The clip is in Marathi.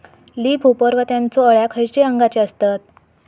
लीप होपर व त्यानचो अळ्या खैचे रंगाचे असतत?